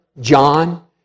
John